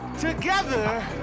Together